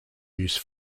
use